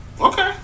Okay